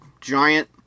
giant